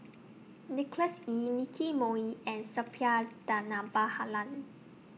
Nicholas Ee Nicky Moey and Suppiah